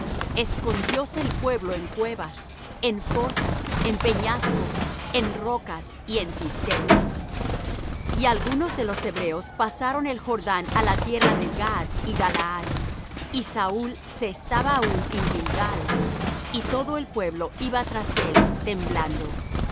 aprieto escondióse el pueblo en cuevas en fosos en peñascos en rocas y en cisternas y algunos de los hebreos pasaron el jordán á la tierra de gad y de galaad y saúl se estaba aún en gilgal y todo el pueblo iba tras él temblando